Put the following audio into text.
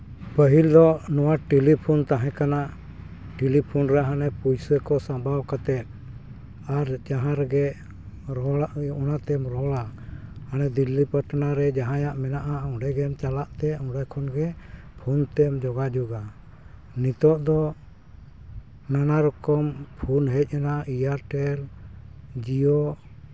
ᱯᱟᱹᱦᱤᱞ ᱫᱚ ᱱᱚᱣᱟ ᱴᱮᱞᱤᱯᱷᱳᱱ ᱛᱟᱦᱮᱸ ᱠᱟᱱᱟ ᱴᱮᱞᱤᱯᱷᱳᱱ ᱨᱮ ᱦᱟᱱᱮ ᱯᱚᱭᱥᱟᱹ ᱠᱚ ᱥᱟᱸᱵᱟᱣ ᱠᱟᱛᱮᱫ ᱟᱨ ᱡᱟᱦᱟᱸ ᱨᱮᱜᱮ ᱚᱲᱟᱜ ᱦᱩᱭᱩᱜ ᱚᱱᱟᱛᱮᱢ ᱨᱚᱲᱟ ᱚᱸᱰᱮ ᱫᱤᱞᱞᱤ ᱯᱟᱴᱱᱟ ᱨᱮ ᱡᱟᱦᱟᱸᱭᱟᱜ ᱢᱮᱱᱟᱜᱼᱟ ᱚᱸᱰᱮᱜᱮᱢ ᱪᱟᱞᱟᱜᱛᱮ ᱚᱸᱰᱮ ᱠᱷᱚᱱᱜᱮ ᱯᱷᱳᱱᱛᱮᱢ ᱡᱳᱜᱟᱡᱳᱜᱼᱟ ᱱᱤᱛᱳᱜ ᱫᱚ ᱱᱟᱱᱟ ᱨᱚᱠᱚᱢ ᱯᱷᱳᱱ ᱦᱮᱡ ᱮᱱᱟ ᱮᱭᱟᱨᱴᱮᱞ ᱡᱤᱭᱳ